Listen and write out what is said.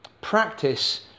Practice